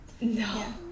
No